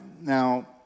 Now